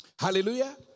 Hallelujah